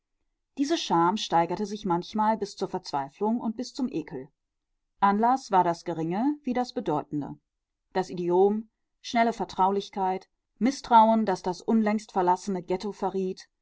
diese scham steigerte sich manchmal bis zur verzweiflung und bis zum ekel anlaß war das geringe wie das bedeutende das idiom schnelle vertraulichkeit mißtrauen das das unlängst verlassene ghetto verriet